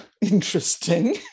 interesting